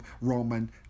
Roman